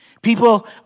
people